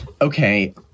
okay